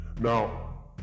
Now